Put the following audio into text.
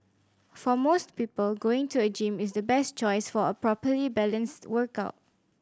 for most people going to a gym is the best choice for a properly balanced workout